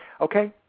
Okay